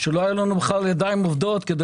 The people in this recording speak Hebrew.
בזמן הקורונה לא היו לנו בכלל ידיים עובדות כדי